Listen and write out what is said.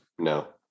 No